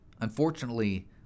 Unfortunately